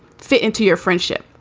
fit into your friendship?